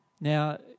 Now